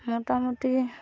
ᱢᱚᱴᱟᱢᱩᱴᱤ